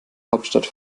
hauptstadt